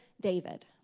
David